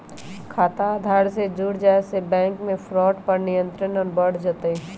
खाता आधार से जुड़ जाये से बैंक मे फ्रॉड पर नियंत्रण और बढ़ जय तय